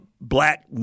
black